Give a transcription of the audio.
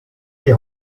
die